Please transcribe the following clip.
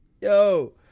yo